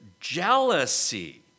jealousy